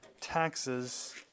taxes